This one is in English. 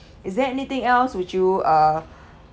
is there anything else would you uh